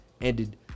ended